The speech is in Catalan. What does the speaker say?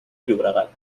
llobregat